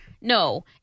no